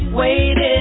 waiting